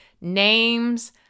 names